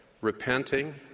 repenting